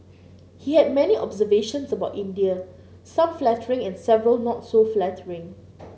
he had many observations about India some flattering and several not so flattering